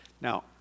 Now